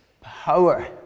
power